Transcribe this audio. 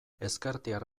ezkertiar